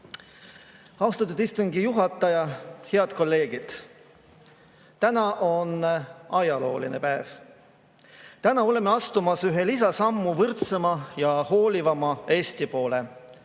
austatud istungi juhataja! Head kolleegid! Täna on ajalooline päev. Täna oleme astumas ühe lisasammu võrdsema ja hoolivama Eesti poole,